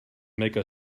make